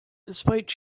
despite